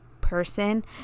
person